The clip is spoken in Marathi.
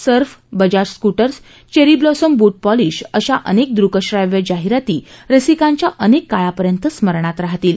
Surf Bajaj scooters Cherry Blossom boot polish अशा अनेक दृक्शाव्य जाहिराती रसिकांच्या अनेक काळापर्यंत स्मरणात राहतील